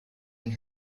and